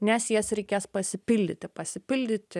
nes jas reikės pasipildyti pasipildyti